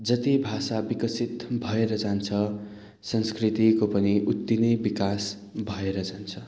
जति भाषा विकसित भएर जान्छ संस्कृतिको पनि उत्ति नै विकास भएर जान्छ